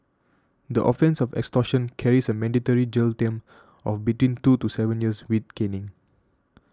the offence of extortion carries a mandatory jail term of between two to seven years with caning